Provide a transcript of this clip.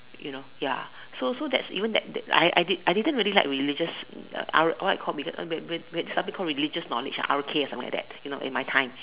you know ya so so that's even that I I didn't really like religious uh R what do you call religious knowledge ah R_K or something like that